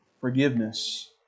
forgiveness